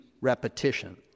repetition